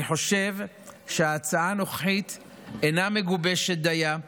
אני חושב שההצעה הנוכחית אינה מגובשת דייה.